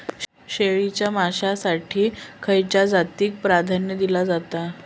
शेळीच्या मांसाएसाठी खयच्या जातीएक प्राधान्य दिला जाता?